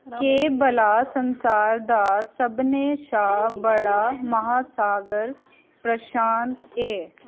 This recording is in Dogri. केह् भला संसार दा सभनें शा बड़ा महासागर प्रशांत ऐ